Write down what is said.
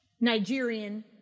Nigerian